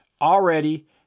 already